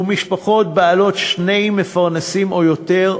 בקרב משפחות בעלות שני מפרנסים או יותר,